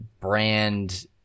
brand